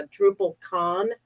DrupalCon